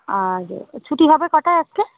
আর ছুটি হবে কটায় আসবে